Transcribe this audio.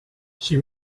she